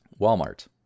Walmart